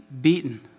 beaten